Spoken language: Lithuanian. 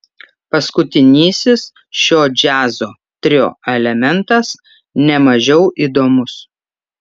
paskutinysis šio džiazo trio elementas ne mažiau įdomus